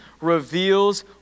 reveals